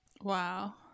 Wow